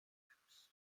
occupants